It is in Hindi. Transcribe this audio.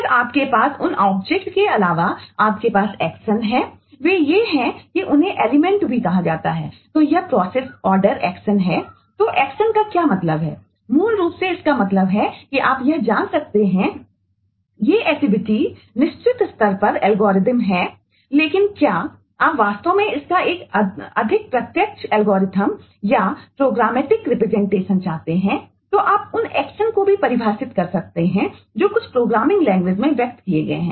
फिर आपके पास उन ऑब्जेक्ट में व्यक्त किए गए हैं